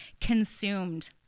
consumed